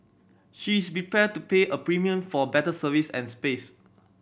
she is prepared to pay a premium for better service and space